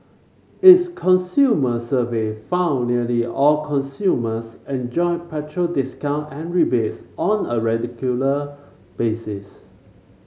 its consumer survey found nearly all consumers enjoy petrol discount and rebates on a regular basis